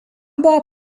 buvo